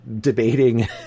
debating